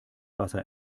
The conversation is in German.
wasser